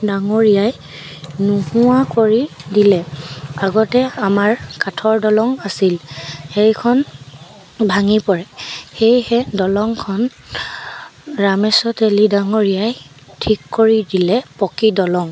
ডাঙৰীয়াই নোহোৱা কৰি দিলে আগতে আমাৰ কাঠৰ দলং আছিল সেইখন ভাঙি পৰে সেয়েহে দলংখন ৰামেশ্বৰ তেলী ডাঙৰীয়াই ঠিক কৰি দিলে পকী দলং